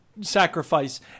sacrifice